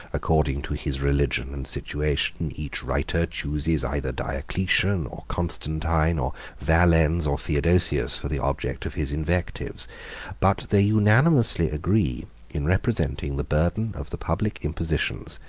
according to his religion and situation, each writer chooses either diocletian, or constantine, or valens, or theodosius, for the object of his invectives but they unanimously agree in representing the burden of the public impositions,